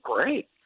great